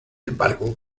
embargo